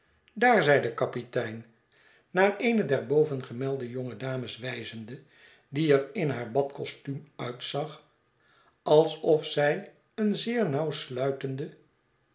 daar zeide de kapitein naar eene der bovengemelde jonge dames wijzende die er in haar badcostuum uitzag alsof zij een zeer nauw sluitenden